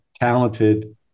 talented